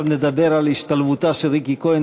אנחנו עכשיו נדבר על השתלבותה של ריקי כהן